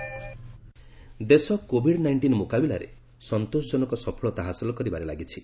Covid status ଦେଶ Covid nineteen ମୁକାବିଲାରେ ସନ୍ତୋଷ ଜନକ ସଫଳତା ହାସଲ କରିବାରେ ଲାଗିଛି